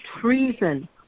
treason